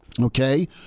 Okay